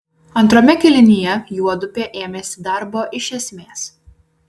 antrame kėlinyje juodupė ėmėsi darbo iš esmės